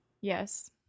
Yes